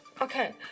okay